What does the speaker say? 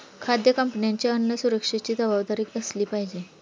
खाद्य कंपन्यांची अन्न सुरक्षेची जबाबदारी असली पाहिजे